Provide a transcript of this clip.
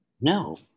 No